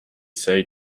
say